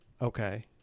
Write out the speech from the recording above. Okay